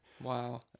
Wow